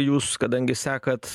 jūs kadangi sekat